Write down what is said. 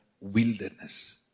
wilderness